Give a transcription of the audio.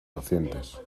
pacientes